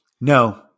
No